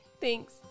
thanks